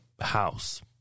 house